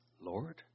Lord